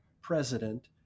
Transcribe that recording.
President